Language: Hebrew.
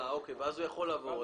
אוקיי ואז הוא יכול לעבור אזור.